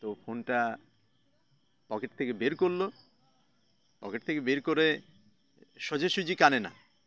তো ফোনটা পকেট থেকে বের করলো পকেট থেকে বের করে সোজাসুজি কানে না